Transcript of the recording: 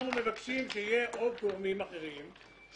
אנחנו מבקשים שיהיה "או גורמים אחרים".